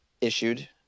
issued